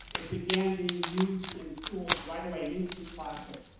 it began being used in schools right away, an instant classic.